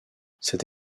cette